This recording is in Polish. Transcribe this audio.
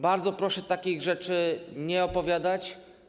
Bardzo proszę takich rzeczy nie opowiadać.